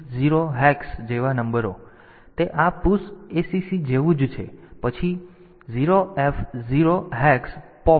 તેથી તે આ પુશ acc જેવું જ છે પછી 0 f 0 hex pop છે